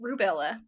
Rubella